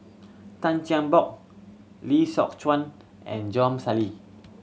Tan Chin Bock Lee Sock Chuan and Sali